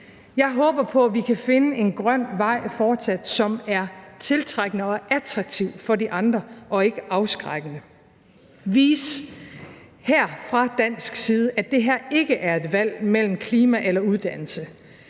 Jeg håber på, at vi kan finde en grøn vej fortsat, som er tiltrækkende og attraktiv for de andre – og ikke afskrækkende – og at vi kan vise fra dansk side, at det her ikke er et valg mellem klima eller uddannelse,